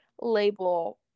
label